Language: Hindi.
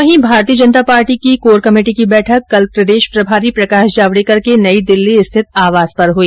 वहीं भारतीय जनता पार्टी की कोर कमेटी की बैठक कल प्रदेश प्रभारी प्रकाश जावडेकर को नई दिल्ली स्थित आवास पर हुई